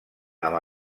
amb